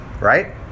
Right